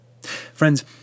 Friends